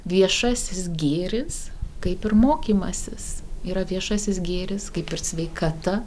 viešasis gėris kaip ir mokymasis yra viešasis gėris kaip ir sveikata